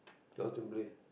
you all simply